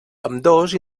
ambdós